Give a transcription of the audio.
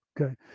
okay